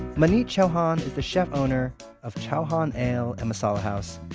maneet chauhan is the chef-owner of chauhan ale and masala house,